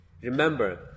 Remember